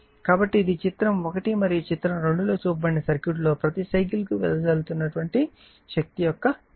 కాబట్టి ఇది చిత్రం 1 మరియు చిత్రం 2 లో చూపబడిన సర్క్యూట్ల లో ప్రతి సైకిల్కు వెదజల్లుతున్న శక్తి యొక్క విలువ